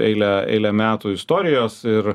eilę eilę metų istorijos ir